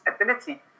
ability